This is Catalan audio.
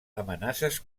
amenaces